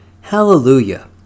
Hallelujah